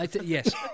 Yes